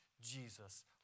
Jesus